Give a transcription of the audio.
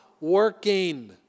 working